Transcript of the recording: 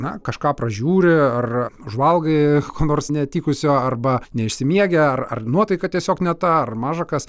na kažką pražiūri ar užvalgai ko nors netikusio arba neišsimiegi ar ar nuotaika tiesiog ne ta ar maža kas